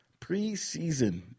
preseason